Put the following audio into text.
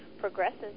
progresses